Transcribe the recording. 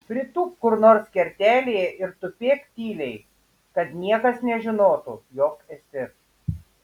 pritūpk kur nors kertelėje ir tupėk tyliai kad niekas nežinotų jog esi